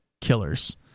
killers